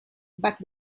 but